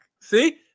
See